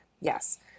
Yes